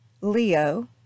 Leo